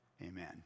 Amen